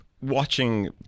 watching